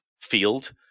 field